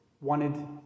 wanted